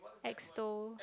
exto